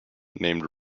named